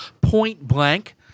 pointblank